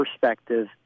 perspective